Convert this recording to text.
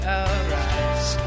arise